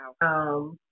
Wow